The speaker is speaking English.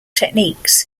techniques